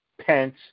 Pence